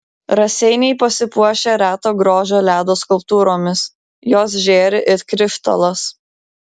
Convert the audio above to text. raseiniai pasipuošė reto grožio ledo skulptūromis jos žėri it krištolas